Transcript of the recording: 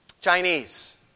Chinese